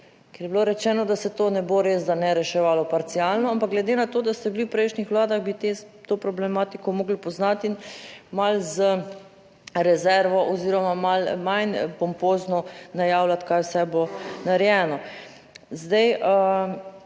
ker je bilo rečeno, da se to ne bo res, da ne reševalo parcialno, ampak glede na to, da ste bili v prejšnjih vladah, bi to problematiko morali poznati in malo z rezervo oziroma malo manj pompozno najavljati kaj vse bo narejeno.